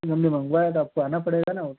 अभी हमने मंगवाया है तो आपको आना पड़ेगा ना